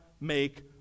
make